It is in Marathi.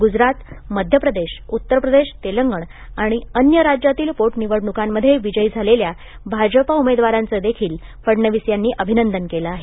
गुजरात मध्य प्रदेश उत्तर प्रदेश तेलंगण आणि अन्य राज्यांतील पोट निवडणुकांमध्ये विजयी झालेल्या भाजपा उमेदवाराचं देखील फडणवीस यांनी अभिनंदन केल आहे